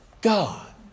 God